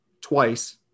Twice